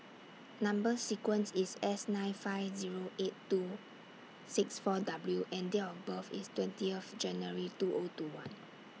Number sequence IS S nine five Zero eight two six four W and Date of birth IS twenty of January two O two one